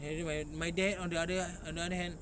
and then my my dad on the other hand